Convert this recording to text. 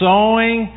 Sowing